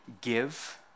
give